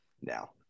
now